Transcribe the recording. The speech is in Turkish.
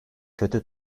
kötü